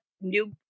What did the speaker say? new